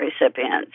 recipients